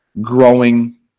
growing